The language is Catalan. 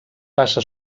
passa